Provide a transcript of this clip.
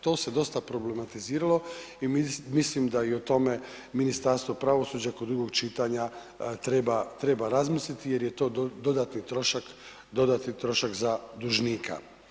To se dosta problematiziralo i mislim da i o tome Ministarstvo pravosuđa, kod drugog čitanja treba razmisliti jer je to dodatni trošak za dužnika.